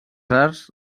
arts